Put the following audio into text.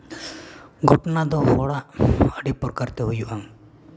ᱜᱷᱚᱴᱱᱟ ᱫᱚ ᱦᱚᱲᱟᱜ ᱟᱹᱰᱤ ᱯᱨᱚᱠᱟᱨ ᱛᱮ ᱦᱩᱭᱩᱜᱼᱟ